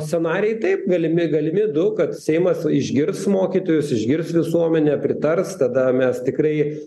scenarijai taip galimi galimi du kad seimas išgirs mokytojus išgirs visuomenę pritars tada mes tikrai